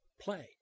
play